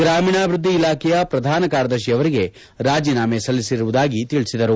ಗ್ರಾಮೀಣಾಭವೃದ್ದಿ ಇಲಾಖೆಯ ಪ್ರಧಾನ ಕಾರ್ಯದರ್ಶಿಯವರಿಗೆ ರಾಜೀನಾಮೆ ಸಲ್ಲಿಸಿರುವುದಾಗಿ ತಿಳಿಸಿದರು